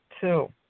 Two